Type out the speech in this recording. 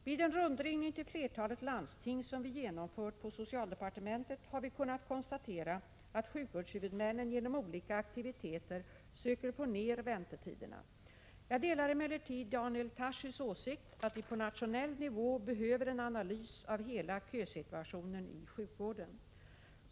Vid en rundringning till flertalet landsting, som vi genomfört på socialdepartementet, har vi kunnat konstatera att sjukvårdshuvudmännen genom olika aktiviteter söker få ner väntetiderna. Jag delar emellertid Daniel Tarschys åsikt att vi på nationell nivå behöver en analys av hela kösituationen i sjukvården.